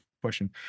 question